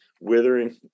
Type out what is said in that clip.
withering